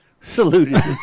Saluted